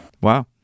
wow